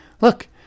Look